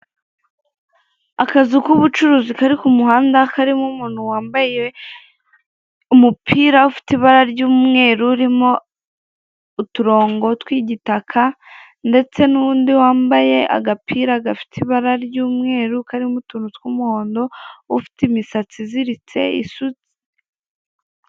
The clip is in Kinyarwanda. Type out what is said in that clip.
Akazu k'ubucuruzi kari ku muhanda karimo umuntu wambaye umupira ufite ibara ry'umweru urimo uturongo tw'igitaka, ndetse n'undi wambaye agapira gafite ibara ry'umweru karimo utuntu tw'umuhondo ufite imisatsi iziritse, isutse,...